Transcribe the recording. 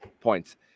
points